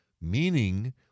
Meaning